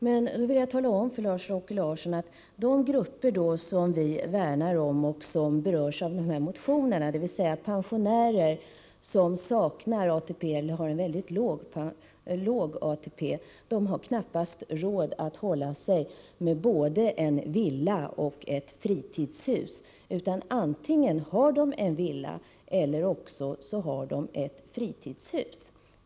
Jag vill då tala om för Lars-Åke Larsson att de grupper som vi värnar om och som berörs av dessa motioner, dvs. pensionärer som saknar ATP eller har mycket låg ATP, knappast har råd att hålla sig med både en villa och ett fritidshus. Antingen har de en villa eller också har de ett fritidshus.